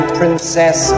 princess